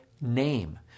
name